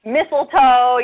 Mistletoe